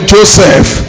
Joseph